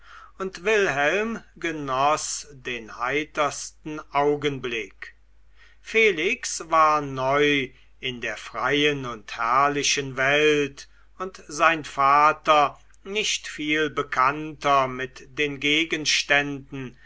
und wilhelm genoß den heitersten augenblick felix war neu in der freien und herrlichen welt und sein vater nicht viel bekannter mit den gegenständen